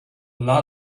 lot